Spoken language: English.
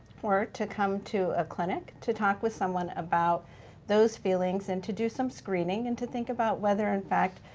or to come to a clinic to talk with someone about those feelings and to do some screening and to think about whether in fact,